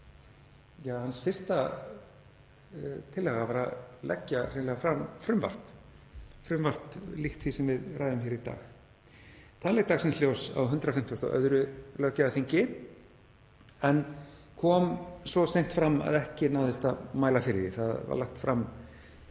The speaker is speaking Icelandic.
að hans fyrsta tillaga var að leggja fram frumvarp líkt því sem við ræðum hér í dag. Það leit dagsins ljós á 152. löggjafarþingi en kom svo seint fram að ekki náðist að mæla fyrir því. Það var lagt fram,